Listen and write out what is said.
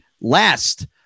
last